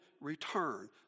return